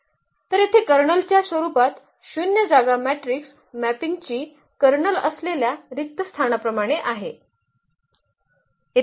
तर येथे कर्नलच्या स्वरूपात शून्य जागा मॅट्रिक्स मॅपिंगची कर्नल असलेल्या रिक्त स्थानाप्रमाणेच आहे